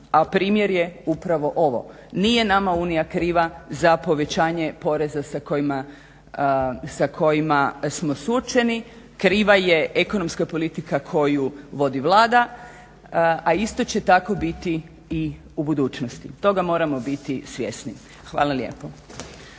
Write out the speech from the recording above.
a primjer je upravo ovo. Nije nama Unija kriva za povećanje poreza sa kojima smo suočeni, kriva je ekonomska politika koju vodi Vlada, a isto će tako biti i u budućnosti. Toga moramo biti svjesni. Hvala lijepa.